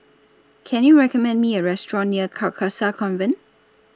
Can YOU recommend Me A Restaurant near Carcasa Convent